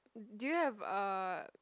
do you have a